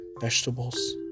vegetables